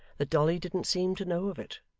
that dolly didn't seem to know of it.